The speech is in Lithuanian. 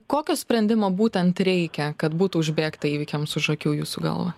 kokio sprendimo būtent reikia kad būtų užbėgta įvykiams už akių jūsų galva